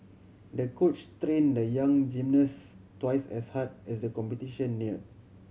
the coach train the young gymnast twice as hard as the competition near